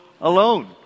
alone